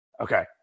Okay